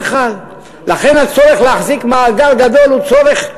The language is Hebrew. לכן הצורך להחזיק מאגר גדול הוא צורך,